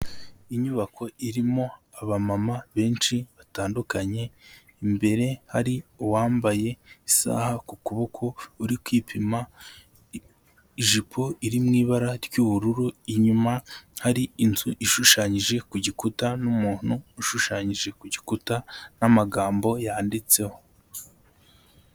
Inyubako irimo abamama benshi batandukanye, imbere hari uwambaye isaha ku kuboko uri kwipima ijipo iri mu ibara ry'ubururu. Inyuma hari inzu ishushanyije ku gikuta n'umuntu ushushanyije ku gikuta n'amagambo yanditseho.